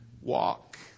walk